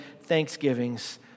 thanksgivings